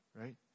right